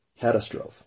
catastrophe